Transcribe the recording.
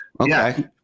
okay